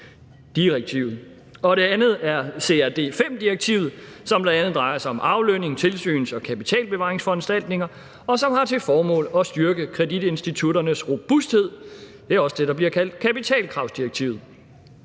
Det andet er CRD V, som bl.a. drejer sig om aflønning og tilsyns- og kapitalbevaringsforanstaltninger, og som har til formål at styrke kreditinstitutternes robusthed. Det er også det, der bliver kaldt kapitalkravsdirektivet.